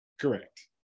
Correct